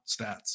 stats